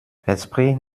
versprich